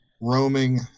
roaming